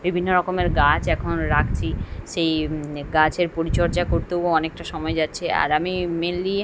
বিভিন্ন রকমের গাছ এখন রাখছি সেই গাছের পরিচর্যা করতেও অনেকটা সময় যাচ্ছে আর আমি মেনলি